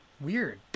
Weird